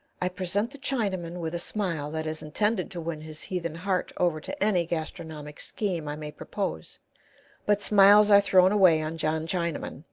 i present the chinaman with a smile that is intended to win his heathen heart over to any gastronomic scheme i may propose but smiles are thrown away on john chinaman.